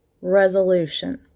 resolution